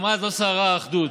גם אז לא שררה אחדות.